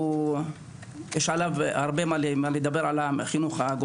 יש הרבה מה לדבר עליו.